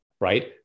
right